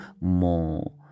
more